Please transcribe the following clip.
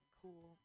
cool